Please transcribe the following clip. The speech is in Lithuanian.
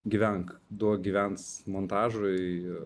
gyvenk duok gyvens montažui